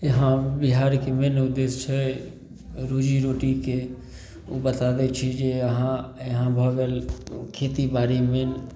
हँ बिहारके मेन उदेश्य छै रोजीरोटीके बताबै छी जे अहाँ यहाँ भऽ गेल खेतीबाड़ी मेन